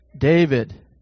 David